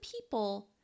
people